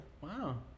wow